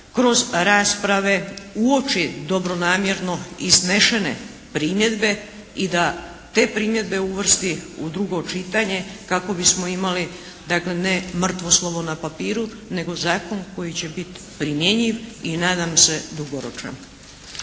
kroz rasprave uoči dobronamjerno iznesene primjedbe i da te primjedbe uvrsti u drugo čitanje kako bismo imali dakle ne mrtvo slovo na papiru, nego zakon koji će biti primjenjiv i nadam se dugoročan.